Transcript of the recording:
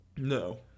No